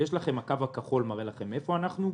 הקו הכחול מראה לכם איפה אנחנו,